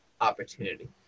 opportunity